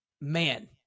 man